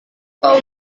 kamu